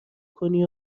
کنی